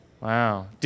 Wow